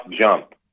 jump